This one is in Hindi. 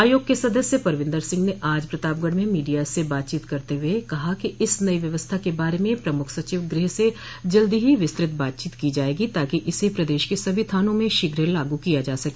आयोग के सदस्य परविन्दर सिंह ने आज प्रतापगढ़ में मीडिया से बातचीत करते हये कहा इस नई व्यवस्था के बारे में प्रमुख सचिव गृह से जल्द ही विस्तृत बातचीत की जायेगी ताकि इसे प्रदेश के सभी थानों में शीघ्र लागू किया जा सके